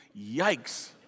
yikes